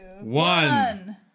One